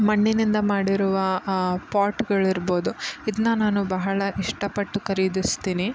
ಮಣ್ಣಿನಿಂದ ಮಾಡಿರುವ ಪಾಟ್ಗಳು ಇರ್ಬೋದು ಇದನ್ನ ನಾನು ಬಹಳ ಇಷ್ಟಪಟ್ಟು ಖರೀದಿಸ್ತೀನಿ